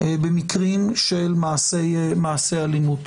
במקרים של מעשי אלימות.